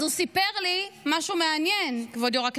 אז הוא סיפר לי משהו מעניין, כבוד היושב-ראש,